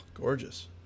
gorgeous